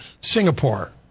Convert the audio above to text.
Singapore